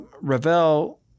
Ravel